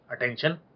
attention